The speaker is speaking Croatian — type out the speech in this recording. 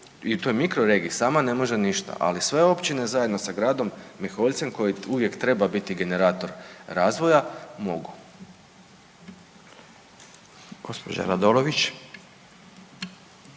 i toj mikroregiji sama ne može ništa, ali sve općine zajedno sa gradom Miholjcem koji uvijek treba biti generator razvoja mogu.